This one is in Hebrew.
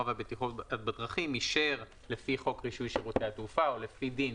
והבטיחות בדרכים אישר לפי חוק רישוי שירותי התעופה או לפי דין,